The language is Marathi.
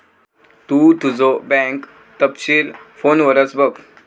तु तुझो बँक तपशील फोनवरच बघ